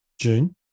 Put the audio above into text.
June